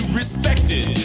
respected